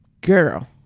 Girl